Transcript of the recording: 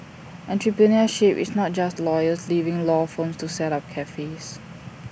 entrepreneurship is not just lawyers leaving law firms to set up cafes